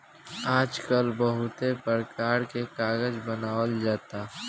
आजकल बहुते परकार के कागज बनावल जाता